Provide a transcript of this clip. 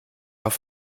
auf